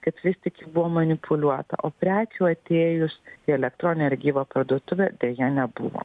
kad vis tik buvo manipuliuota o prekių atėjus į elektroninę ar gyvą parduotuvę deja nebuvo